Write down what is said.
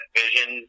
vision